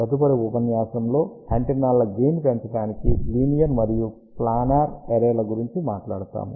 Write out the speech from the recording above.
తదుపరి ఉపన్యాసంలో యాంటెన్నాల గెయిన్ పెంచడానికి లీనియర్ మరియు ప్లానర్ ఎరేల గురించి మాట్లాడుతాము